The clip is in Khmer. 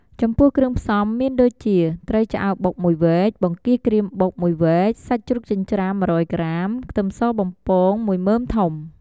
ចំពោះគ្រឿងផ្សំំមានដូចជា ត្រីឆ្អើរបុក ១វែក បង្គាក្រៀមបុក ១វែក សាច់ជ្រូកចិញ្ច្រាំ ១០០ក្រាម ខ្ទឹមសបំពង ១មើមធំ។